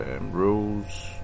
rules